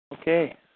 Okay